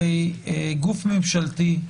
הרי גוף ממשלתי,